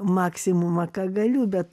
maksimumą ką galiu bet